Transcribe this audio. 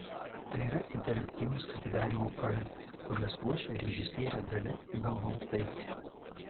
tai yra interaktyvūs atidarymo projektai kuriuos ruošia režisierė dalia ibelhauptaitė